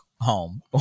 home